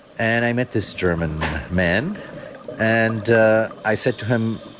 and i met this german man and i said to him,